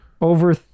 over